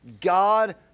God